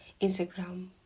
instagram